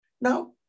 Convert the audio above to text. Now